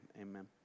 amen